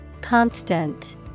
Constant